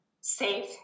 safe